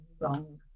wrong